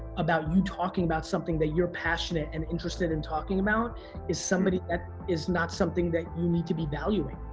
about you talking about something that you're passionate and interested in talking about is somebody that is not something that you need to be valuing.